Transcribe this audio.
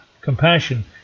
compassion